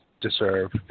deserve